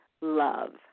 Love